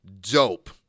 dope